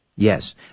Yes